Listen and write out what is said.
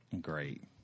great